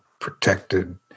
protected